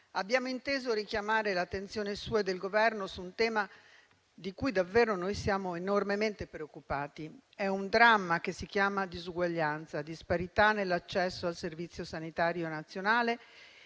abbiamo inteso richiamare l'attenzione sua e del Governo su un tema di cui davvero siamo enormemente preoccupati: è un dramma che si chiama disuguaglianza, disparità nell'accesso al Servizio sanitario nazionale